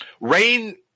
Rain